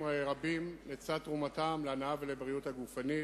רבים לצד תרומתם להנאה ולבריאות הגופנית.